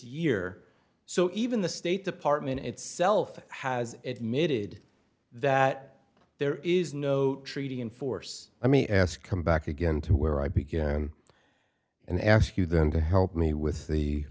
year so even the state department itself has admitted that there is no treaty in force i me ask come back again to where i begin and ask you then to help me with the